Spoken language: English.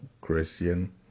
Christian